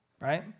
right